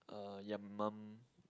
uh yeah mom